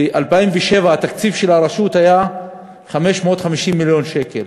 ב-2007 התקציב של הרשות היה 550 מיליון שקל,